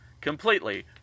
completely